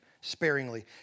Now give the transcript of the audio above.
sparingly